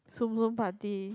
so moon party